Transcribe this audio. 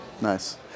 Nice